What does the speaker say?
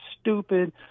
stupid